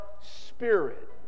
spirit